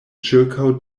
ĉirkaŭ